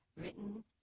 written